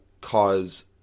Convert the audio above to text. cause